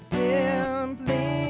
simply